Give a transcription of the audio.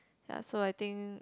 ya so I think